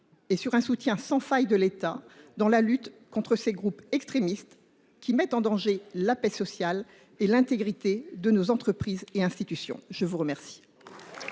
et sur un soutien sans faille de l’État dans la lutte contre ces groupes extrémistes, qui mettent en danger la paix sociale et l’intégrité de nos entreprises et institutions. La parole